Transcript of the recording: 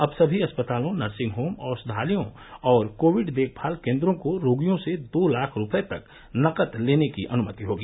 अब सभी अस्पतालों नर्सिंग होम औषधालयों और कोविड देखभाल केन्द्रों को रोगियों से दो लाख रूपये तक नकद लेने की अनुमति होगी